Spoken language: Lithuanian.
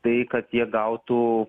tai kad jie gautų